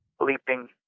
leaping